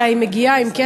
אלא היא מגיעה עם כסף,